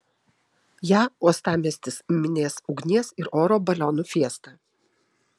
ją uostamiestis minės ugnies ir oro balionų fiesta